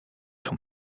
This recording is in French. son